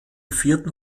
vierten